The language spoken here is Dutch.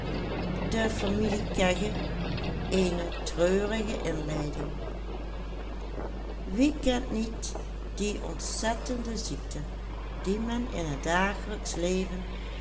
wie kent niet die ontzettende ziekte die men in het dagelijksch leven